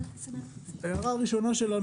הערה ראשונה שלנו,